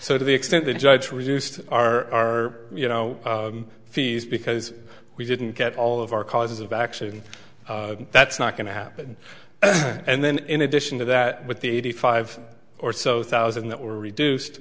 so to the extent the judge reduced our you know fees because we didn't get all of our causes of action that's not going to happen and then in addition to that with the eighty five or so thousand that were reduced